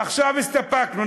עכשיו הסתפקנו.